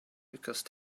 because